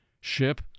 ship